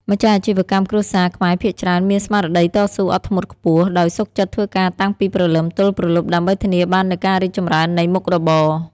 ម្ចាស់អាជីវកម្មគ្រួសារខ្មែរភាគច្រើនមានស្មារតីតស៊ូអត់ធ្មត់ខ្ពស់ ដោយសុខចិត្តធ្វើការតាំងពីព្រលឹមទល់ព្រលប់ដើម្បីធានាបាននូវការរីកចម្រើននៃមុខរបរ។